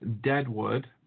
Deadwood